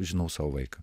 žinau savo vaiką